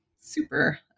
super